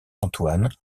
antoine